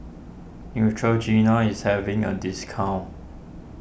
Neutrogena is having a discount